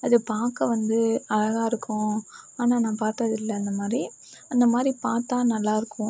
அதை பார்க்க வந்து அழகாக இருக்கும் ஆனால் நான் பாத்ததில்லை அந்தமாதிரி அந்தமாதிரி பார்த்தா நல்லாயிருக்கும்